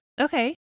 Okay